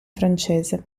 francese